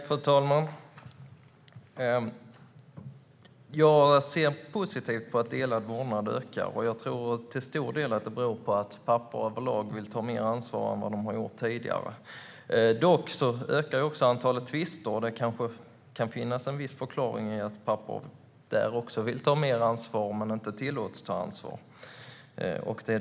Fru talman! Jag ser positivt på att delad vårdnad ökar. Jag tror att det till stor del beror på att pappor överlag vill ta mer ansvar än vad de har gjort tidigare. Dock ökar även antalet tvister, och det kan kanske till en del förklaras med att pappor vill ta mer ansvar men inte tillåts ta ansvar.